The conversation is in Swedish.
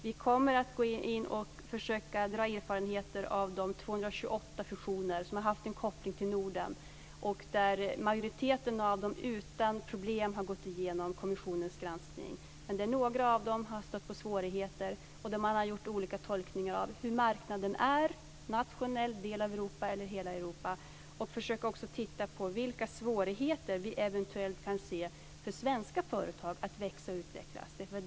Vi kommer att gå in och försöka dra erfarenheter av de 228 fusioner som har haft en koppling till Norden. Majoriteten av dem har utan problem gått igenom kommissionens granskning, men några av dem har stött på svårigheter. Man har gjort olika tolkning av hur marknaden är - nationell, del av Europa eller hela Europa. Vi ska också försöka titta på vilka svårigheter vi eventuellt kan se för svenska företag att växa och utvecklas.